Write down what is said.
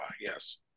yes